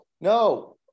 no